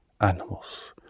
animals